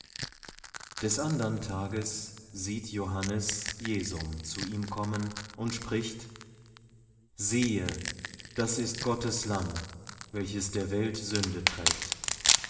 des andern tages sieht johannes jesum zu ihm kommen und spricht siehe das ist gottes lamm welches der welt sünde trägt